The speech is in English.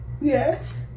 Yes